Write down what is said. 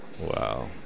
wow